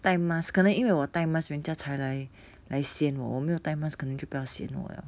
戴 mask 可能因为我戴 mask 人家才来才来 sian 我我没有戴 mask 可能就不要 sian 我了